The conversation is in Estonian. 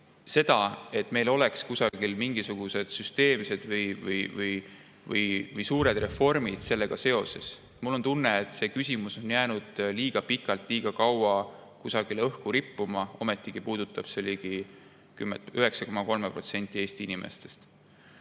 seda, et meil oleks mingisugused süsteemsed või suured reformid [plaanis] sellega seoses. Mul on tunne, et see küsimus on jäänud liiga pikalt, liiga kauaks kusagile õhku rippuma. Ometigi puudutab see ligi 10%, täpsemalt 9,3%, Eesti inimestest.